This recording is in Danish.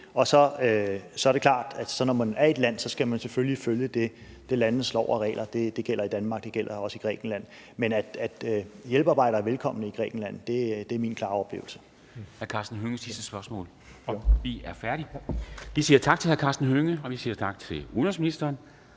Og så er det klart, at når man er i et land, skal man selvfølgelig følge det lands love og regler. Det gælder i Danmark, og det gælder også i Grækenland. Men det er min klare oplevelse,